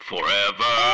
forever